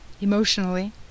emotionally